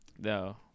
No